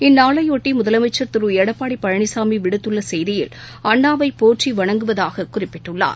இந்நாளையொட்டிமுதலமைச்சர் திருடப்பாடிபழனிசாமிவிடுத்துள்ளசெய்தியில் அண்ணாவைபோற்றிவணங்குவதாகக் குறிப்பிட்டுள்ளார்